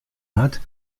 hat